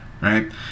right